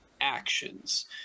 actions